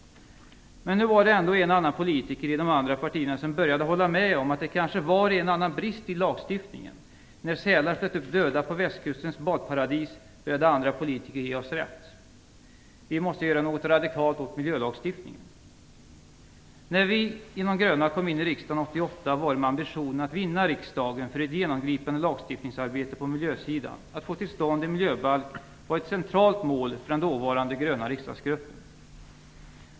Men nu var det ändå en och annan politiker i de andra partierna som började att hålla med om att det kanske var en och annan brist i lagstiftningen. När sälar flöt upp döda i Västkustens badparadis började andra politiker att ge oss rätt. Man måste göra något radikalt åt miljölagstiftningen. När vi i De gröna kom in i riksdagen 1988 var det med ambitionen att vinna riksdagens gehör för ett genomgripande lagstiftningsarbete på miljösidan. Att få till stånd en miljöbalk var ett centralt mål för den dåvarande gröna riksdagsgruppen.